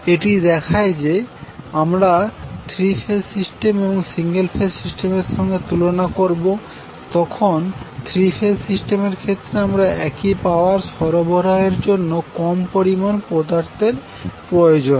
এটি দেখায় যে যখন আমরা থ্রি ফেজ সিস্টেম এবং সিঙ্গেল ফেজ সিস্টেম এর সঙ্গে তুলনা করবো তখন থ্রি ফেজ সিস্টেমের ক্ষেত্রে আমদের একই পাওয়ার সরবরাহের জন্য কম পরিমান পদার্থের প্রয়োজন